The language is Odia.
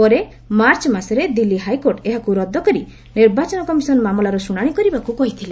ପରେ ମାର୍ଚ୍ଚ ମାସରେ ଦିଲ୍ଲୀ ହାଇକୋର୍ଟ ଏହାକୁ ରଦ୍ଦ କରି ନିର୍ବାଚନ କମିଶନ ମାମଲାର ଶୁଣାଣି କରିବାକୁ କହିଥିଲେ